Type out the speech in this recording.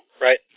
Right